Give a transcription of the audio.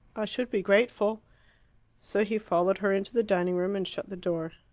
i should be grateful so he followed her into the dining-room and shut the door.